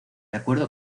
acuerdo